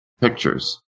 pictures